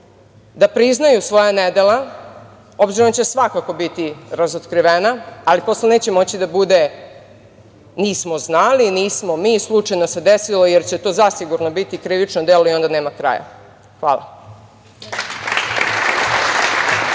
da priznaju svoja nedela, obzirom da će svakako biti razotkrivena, ali posle neće moći da bude – nismo znali, nismo mi, slučajno se desilo, jer će to zasigurno biti krivično delo i ona nema kraja. Hvala.